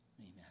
amen